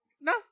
no